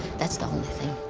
that's the only thing.